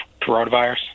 coronavirus